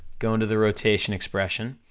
go into the rotation expression,